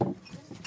מצביעים?